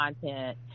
content